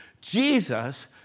Jesus